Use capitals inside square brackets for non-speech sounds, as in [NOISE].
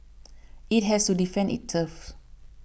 it has to defend it turf [NOISE]